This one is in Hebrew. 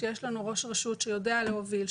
כשיש לנו ראש רשות שיודע להוביל,